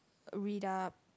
read up